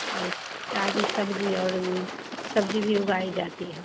इसमें ताज़ी सब्ज़ी और सब्ज़ी भी उगाई जाती है